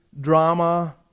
drama